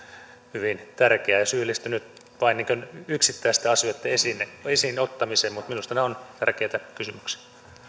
hyvin tärkeää syyllistyn nyt vain yksittäisten asioitten esiin ottamiseen mutta minusta ne ovat tärkeitä kysymyksiä